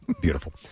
beautiful